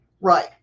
Right